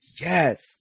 yes